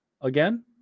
again